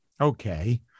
Okay